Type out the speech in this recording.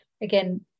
again